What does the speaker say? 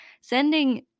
Sending